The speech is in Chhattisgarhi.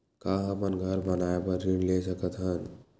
का हमन घर बनाए बार ऋण ले सकत हन?